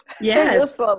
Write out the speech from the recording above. Yes